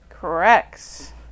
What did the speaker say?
Correct